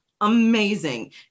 amazing